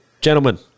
Gentlemen